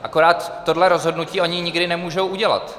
Akorát tohle rozhodnutí oni nikdy nemůžou udělat.